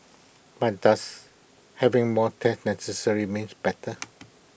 but does having more tests necessarily means better